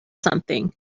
something